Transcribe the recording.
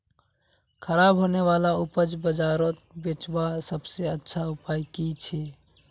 ख़राब होने वाला उपज बजारोत बेचावार सबसे अच्छा उपाय कि छे?